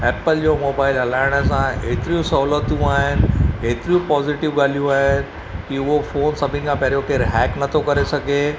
Apple जो mobile हलाइण सां एतिरियूं सहुलतूं आहिनि हेतिरियूं पॉज़िटिव ॻाल्हियूं आहिनि की उहो फोन सभिनि खां पहिरियों केरु हैक नथो करे सघे